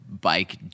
bike